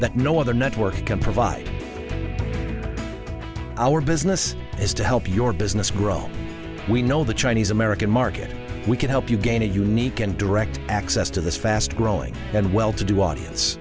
that no other network can provide our business is to help your business grow we know the chinese american market we can help you gain a unique and direct access to this fast growing and well to do